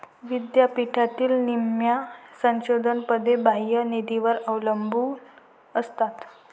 विद्यापीठातील निम्म्या संशोधन पदे बाह्य निधीवर अवलंबून असतात